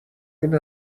این